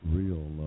real